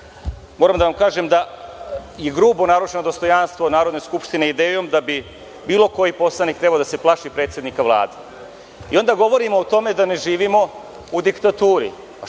Moram da vam kažem da je grubo narušeno dostojanstvo Narodne skupštine idejom da bi bilo koji poslanik trebao da se plaši predsednika Vlade i onda govorimo o tome da ne živimo u diktaturi.